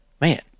Man